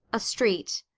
a street.